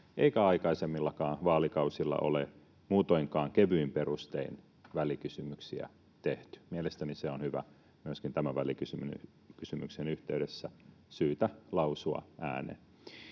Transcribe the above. eikä aikaisemmillakaan vaalikausilla ole muutoinkaan kevyin perustein välikysymyksiä tehty. Mielestäni se on myöskin tämän välikysymyksen yhteydessä syytä lausua ääneen.